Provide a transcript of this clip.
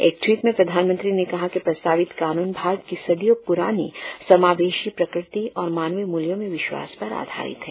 एक टवीट में प्रधानमंत्री ने कहा कि प्रस्तावित कानून भारत की सदियों पुरानी समावेशी प्रकृति और मानवीय मूल्यों में विश्वास पर आधारित है